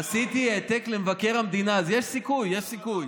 עשיתי העתק למבקר המדינה, אז יש סיכוי, יש סיכוי.